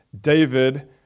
David